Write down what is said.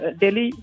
daily